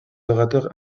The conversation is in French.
orateurs